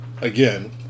again